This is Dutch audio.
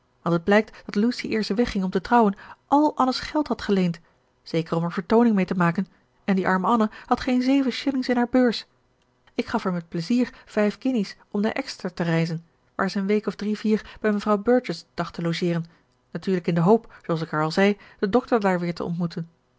want het blijkt dat lucy eer ze wegging om te trouwen al anne's geld had geleend zeker om er vertooning mee te maken en die arme anne had geen zeven shillings in haar beurs ik gaf haar met pleizier vijf guineas om naar exeter te reizen waar ze een week of drie vier bij mevrouw burgess dacht te logeeren natuurlijk in de hoop zooals ik haar al zei den dokter daar weer te ontmoeten